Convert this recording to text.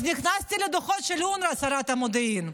אז נכנסתי לדוחות של אונר"א, שרת המודיעין,